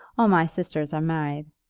all my sisters are married.